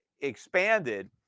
expanded